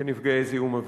כנפגעי זיהום אוויר.